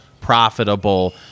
profitable